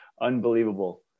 unbelievable